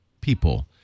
people